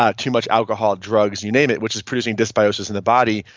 ah too much alcohol, drugs, you name it, which is producing dysbiosis in the body.